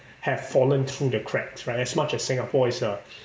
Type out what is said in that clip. have fallen through the cracks right as much as Singapore is a